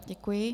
Děkuji.